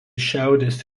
šiaurės